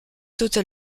hôtel